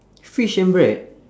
fish and bread